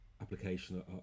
application